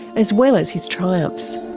as well as his triumphs.